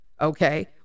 okay